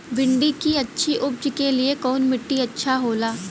भिंडी की अच्छी उपज के लिए कवन मिट्टी अच्छा होला?